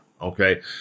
okay